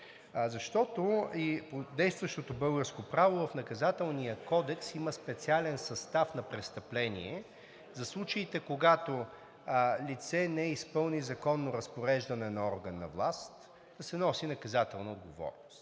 Защото по действащото българско право в Наказателния кодекс има специален състав на престъпление за случаите, когато лице не изпълни законно разпореждане на орган на власт, да се носи наказателна отговорност.